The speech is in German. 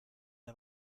der